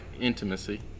intimacy